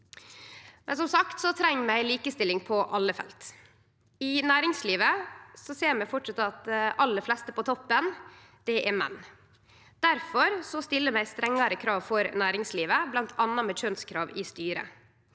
Som sagt treng vi likestilling på alle felt. I næringslivet ser vi framleis at dei aller fleste på toppen er menn. Difor stiller vi strengare krav for næringslivet, bl.a. med kjønnskrav i styret.